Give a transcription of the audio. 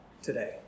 Today